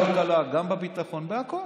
גם בכלכלה, גם בביטחון, בכול.